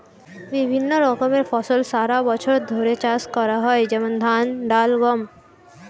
বিভিন্ন রকমের ফসল সারা বছর ধরে চাষ করা হয়, যেমন ধান, ডাল, গম